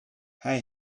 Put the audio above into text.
hij